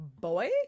boy